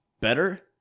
better